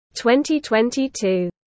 2022